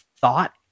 thought